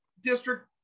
district